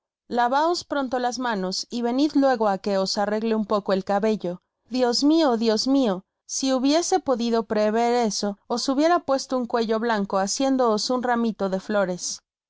lavaos pronto las manos y venid luego á que os arr gle un poco el cabello dios mio dios mio si hubiese podido preveer eso os hubiera puesto un cuello blanco haciéndoos un ramitode flores